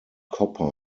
copper